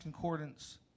Concordance